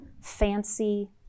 fancy